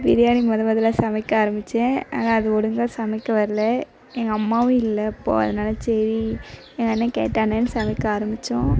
பிரியாணி மொதல் மொதலில் சமைக்க ஆரம்பித்தேன் ஆனால் அது ஒழுங்கா சமைக்க வரல எங்கள் அம்மாவும் இல்லை அப்போது அதனால் சரி எங்கள் அண்ண கேட்டானேன்னு சமைக்க ஆரம்பித்தோம்